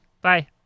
Bye